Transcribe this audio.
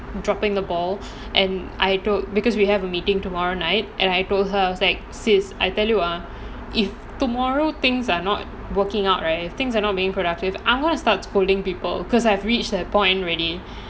dropping the ball and I don't because we have a meeting tomorrow night and I told her like sis I tell you ah if tomorrow things are not working out right and things are not being productive I'm going to start scolding people because I've reached that point already